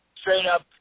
straight-up